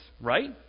right